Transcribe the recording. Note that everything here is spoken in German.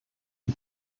die